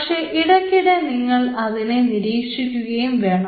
പക്ഷേ ഇടയ്ക്കിടയ്ക്ക് നിങ്ങൾ അതിനെ നിരീക്ഷിക്കുകയും വേണം